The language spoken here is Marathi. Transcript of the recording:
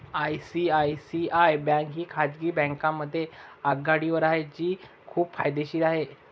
आय.सी.आय.सी.आय बँक ही खाजगी बँकांमध्ये आघाडीवर आहे जी खूप फायदेशीर आहे